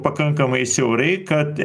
pakankamai siaurai kad